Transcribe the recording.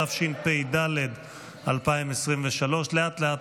התשפ"ד 2023. לאט-לאט,